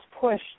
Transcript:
push